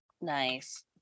Nice